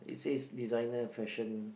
it says designer fashion